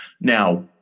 Now